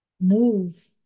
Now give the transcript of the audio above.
Move